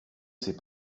sait